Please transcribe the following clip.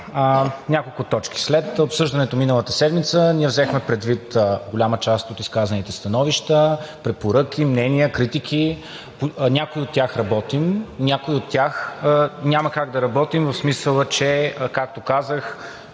Няколко точки. След обсъждането миналата седмица ние взехме предвид голяма част от изказаните становища, препоръки, мнения, критики. По някои от тях работим, по някои от тях няма как да работим – в смисъл: както казах,